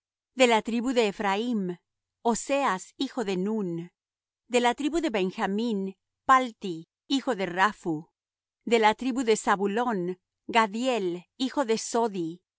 de la tribu de ephraim oseas hijo de nun de la tribu de benjamín palti hijo de raphu de la tribu de zabulón gaddiel hijo de sodi